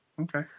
Okay